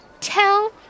tell